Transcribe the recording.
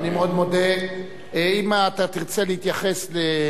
אם אתה תרצה להתייחס לדיבורים, אז אתה תקבל רשות.